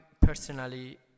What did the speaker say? personally